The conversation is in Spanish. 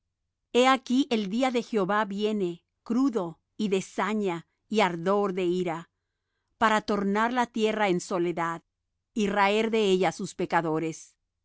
he aquí el día de jehová viene crudo y de saña y ardor de ira para tornar la tierra en soledad y raer de ella sus pecadores